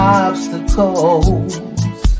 obstacles